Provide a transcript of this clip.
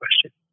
question